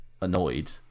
annoyed